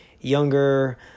younger